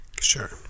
Sure